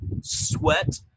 sweat